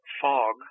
fog